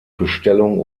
bestellung